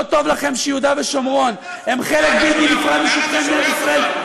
לא טוב לכם שיהודה ושומרון הם חלק בלתי נפרד משטחי מדינת ישראל?